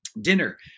Dinner